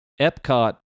Epcot